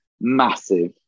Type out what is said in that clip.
Massive